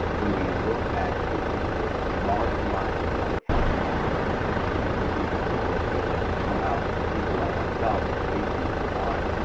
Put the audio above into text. when we look at taking a marginalized public health matter, that used to be perceived as a moral failing or somehow people like myself or lacy or juan